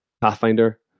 pathfinder